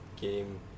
game